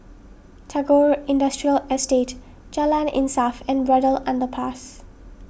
Tagore Industrial Estate Jalan Insaf and Braddell Underpass